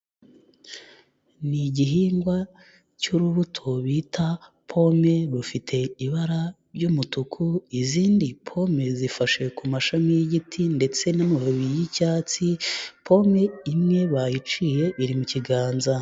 Ni igihingwa cy'urubuto bita pome, rufite ibara ry'umutuku, izindi pome zifashe ku mashami y'igiti ndetse n'amababi y'icyatsi, pome imwe bayiciye iri mu kiganza.